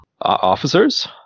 Officers